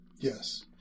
Yes